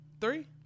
three